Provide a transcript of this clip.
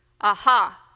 Aha